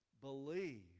Believe